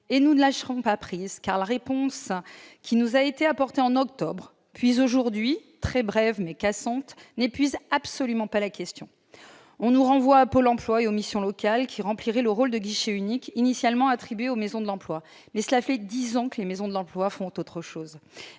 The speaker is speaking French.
Nous ne lâcherons pas prise, car la réponse qui nous a été apportée en octobre, puis aujourd'hui- réponse brève et cassante -, n'épuise absolument pas la question. On nous renvoie à Pôle emploi et aux missions locales, qui rempliraient le rôle de guichet unique initialement attribué aux maisons de l'emploi. Or cela fait dix ans que les maisons de l'emploi font autre chose